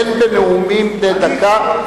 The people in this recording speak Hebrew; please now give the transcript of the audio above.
אין בנאומים בני דקה,